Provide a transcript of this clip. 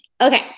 Okay